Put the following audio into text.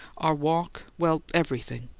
our walk well, everything.